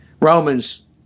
Romans